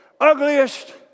ugliest